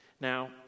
Now